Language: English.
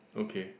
okay